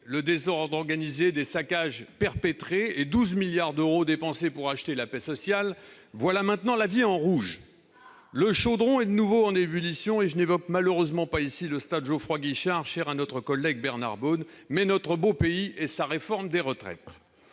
le désordre organisé, des saccages perpétrés et 12 milliards d'euros dépensés pour acheter la paix sociale, voilà maintenant la vie en rouge ! Le chaudron est de nouveau en ébullition, et j'évoque malheureusement non pas le stade Geoffroy-Guichard, cher à notre collègue Bernard Bonne, mais notre beau pays et sa réforme des retraites